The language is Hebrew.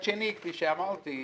שאמרתי,